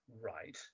right